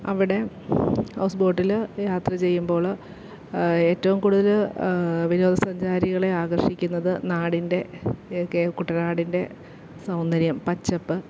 അവിടെ ഹൗസ്ബോട്ടില് യാത്ര ചെയ്യുമ്പോൾ ഏറ്റവും കൂടുതൽ വിനോദ സഞ്ചാരികളെ ആകർഷിക്കുന്നത് നാടിന്റെയൊക്കെ കുട്ടനാടിന്റെ സൗന്ദര്യം പച്ചപ്പ്